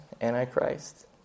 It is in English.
Antichrist